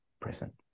present